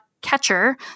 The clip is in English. catcher